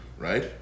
Right